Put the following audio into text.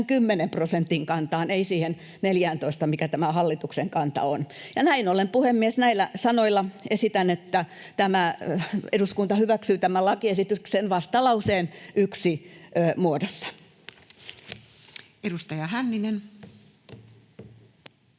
10 prosentin kantaan, ei siihen 14:ään, mikä tämä hallituksen kanta on. Näin ollen, puhemies, näillä sanoilla esitän, että eduskunta hyväksyy tämän lakiesityksen vastalauseen 1 muodossa. [Speech